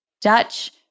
Dutch